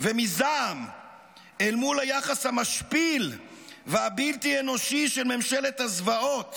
ומזעם אל מול היחס המשפיל והבלתי-אנושי של ממשלת הזוועות